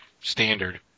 standard